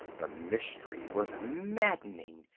the mystery was maddening,